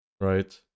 right